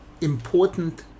important